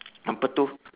apa itu